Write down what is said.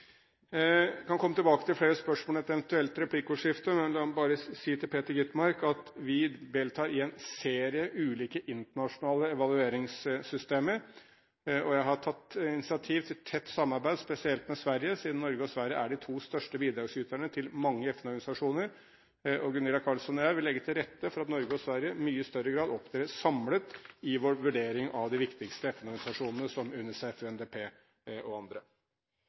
kan komme tilbake til flere spørsmål i et eventuelt replikkordskifte, men jeg vil bare si til Peter Skovholt Gitmark at vi deltar i en serie ulike internasjonale evalueringssystemer. Jeg har tatt initiativ til tett samarbeid spesielt med Sverige, siden Norge og Sverige er de to største bidragsyterne til mange FN-organisasjoner, og Gunilla Carlsson og jeg vil legge til rette for at Norge og Sverige i mye større grad opptrer samlet i vår vurdering av de viktigste FN-organisasjonene, som UNICEF, UNDP og